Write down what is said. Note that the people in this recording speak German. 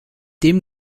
dem